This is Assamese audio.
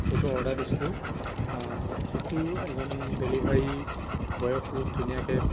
সেইটো অৰ্ডাৰ দিছিলোঁ যিটো এজন ডেলিভাৰী বয়ে খুব ধুনীয়াকৈ